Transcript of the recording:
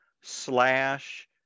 slash